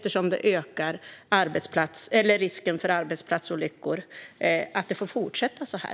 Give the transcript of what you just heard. Risken för arbetsplatsolyckor ökar. Är det rimligt att det får fortsätta så här?